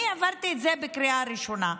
אני העברתי את זה בקריאה ראשונה.